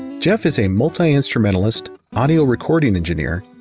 jeff is a multi-instrumentalist audio recording engineer,